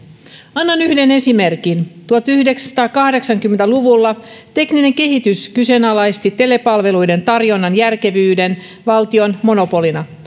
annan yhden esimerkin tuhatyhdeksänsataakahdeksankymmentä luvulla tekninen kehitys kyseenalaisti telepalveluiden tarjonnan järkevyyden valtion monopolina